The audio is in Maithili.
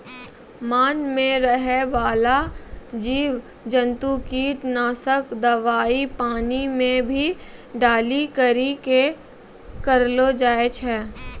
मान मे रहै बाला जिव जन्तु किट नाशक दवाई पानी मे भी डाली करी के करलो जाय छै